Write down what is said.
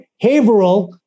Haverhill